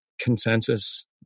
Consensus